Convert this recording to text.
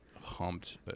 humped